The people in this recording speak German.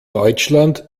deutschland